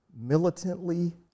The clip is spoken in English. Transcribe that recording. militantly